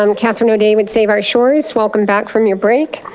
um katherine o'dea with save our shores. welcome back from your break.